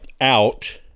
out